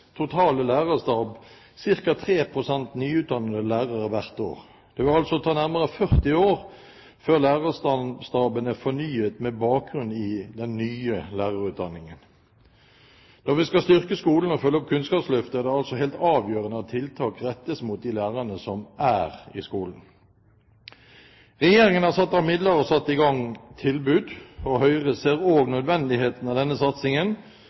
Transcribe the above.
totale lærerstab ca. 3 pst. nyutdannede lærere hvert år. Det vil altså ta nærmere 40 år før lærerstaben er fornyet med bakgrunn i den nye lærerutdanningen. Når vi skal styrke skolen og følge opp Kunnskapsløftet, er det altså helt avgjørende at tiltak rettes mot de lærerne som er i skolen. Regjeringen har satt av midler og satt i gang tilbud. Høyre ser også nødvendigheten av denne satsingen